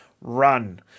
run